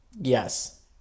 yes